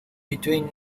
between